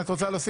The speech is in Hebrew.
את יכולה.